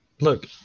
look